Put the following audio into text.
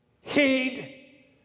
heed